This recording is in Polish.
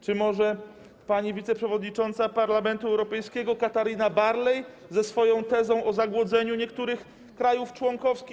Czy może pani wiceprzewodnicząca Parlamentu Europejskiego Katarina Barley ze swoją tezą o zagłodzeniu niektórych krajów członkowskich?